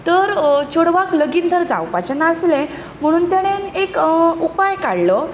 तर चेडवाक लगीन तर जावपाचें नासलें म्हणून ताणें एक उपाय काडलो